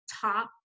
top